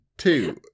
Two